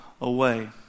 away